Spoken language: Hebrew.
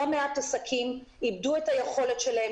לא מעט עסקים איבדו את היכולת שלהם,